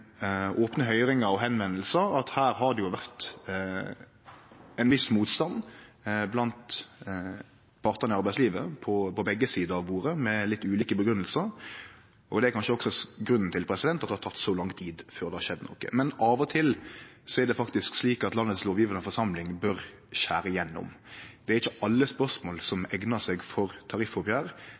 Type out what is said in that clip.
opne høyringar og førespurnader, at her har det vore ein viss motstand blant partane i arbeidslivet på begge sider av bordet, med litt ulike grunngjevingar. Det er kanskje også grunnen til at det har teke så lang tid før det har skjedd noko. Men av og til er det faktisk slik at den lovgjevande forsamlinga i landet bør skjere gjennom. Det er ikkje alle spørsmål som eignar seg for